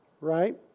right